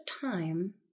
time